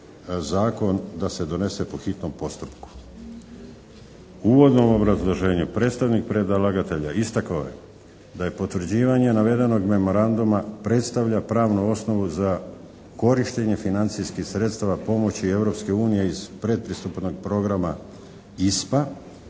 zakon, da se donese po hitnom postupku. U uvodnom obrazloženju predstavnik predlagatelja istakao je da je potvrđivanje navedenog memoranduma predstavlja pravnu osnovu za korištenje financijskih sredstava pomoći Europske unije iz predpristupnog programa ISPA